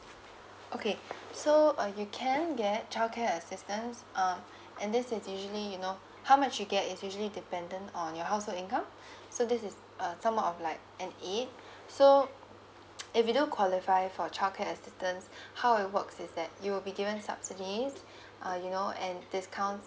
okay so uh you can get childcare assistance uh and this is usually you know how much you get is usually dependent on your household income so this is uh somewhat of like an aid so if you do qualify for childcare assistance how it works is that you will be given subsidies uh you know and discounts